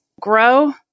grow